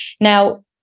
Now